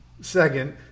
second